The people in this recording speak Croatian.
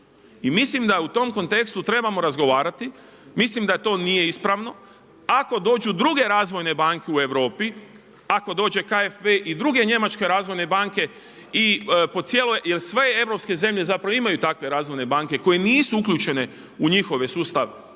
Mislim da u tom kontekstu trebamo razgovarati, mislim da to nije ispravno. Ako dođu druge razvojne banke u Europi, ako dođe KFV i druge njemačke razvojne banke jer sve europske zemlje imaju takve razvojne banke koje nisu uključene u njihov sustav